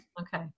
Okay